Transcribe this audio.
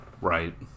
Right